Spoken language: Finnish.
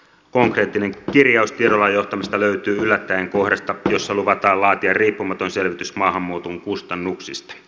konkreettinen kirjaus tiedolla johtamisesta löytyy yllättäen kohdasta jossa luvataan laatia riippumaton selvitys maahanmuuton kustannuksista